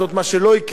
מה שלא יקרה,